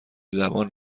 زبان